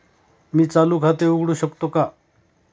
मी चालू खाते उघडू शकतो का?